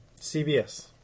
CBS